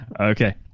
Okay